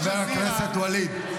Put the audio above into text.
חבר הכנסת ווליד,